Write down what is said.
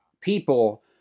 people